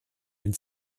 wenn